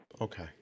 Okay